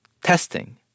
Testing